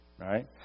Right